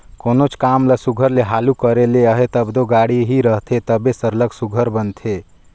कोनोच काम ल सुग्घर ले हालु करे ले अहे तब दो गाड़ी ही रहथे तबे सरलग सुघर बनथे